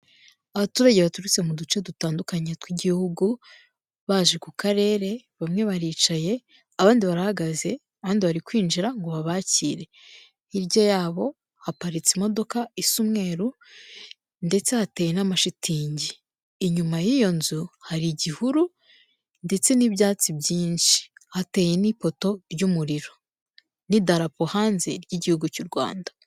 Abaturage baturutse mu duce dutandukanye tw'igihugu baje ku karere bamwe baricaye abandi barahagaze, abandi bari kwinjira ngo babakire, hirya yabo haparitse imodoka isa umweru ndetse hateye n'amashitingi, inyuma y'iyo nzu hari igihuru ndetse n'ibyatsi byinshi hateye n'ipoto ry'umuriro n'idarapo hanze ry'igihugu cy'u Rwanda.